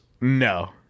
No